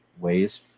ways